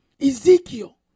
Ezekiel